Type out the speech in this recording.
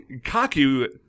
kaku